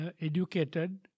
educated